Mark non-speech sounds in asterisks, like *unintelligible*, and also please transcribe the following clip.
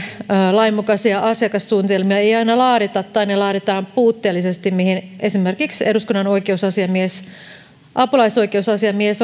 lainmukaisia asiakassuunnitelmia ei aina laadita tai ne laaditaan puutteellisesti mihin esimerkiksi eduskunnan apulaisoikeusasiamies *unintelligible*